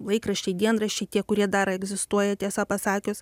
laikraščiai dienraščiai tie kurie dar egzistuoja tiesą pasakius